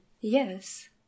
Yes